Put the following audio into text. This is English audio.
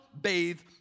bathe